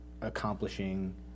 accomplishing